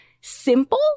simple